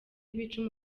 ibice